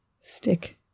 stick